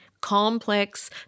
complex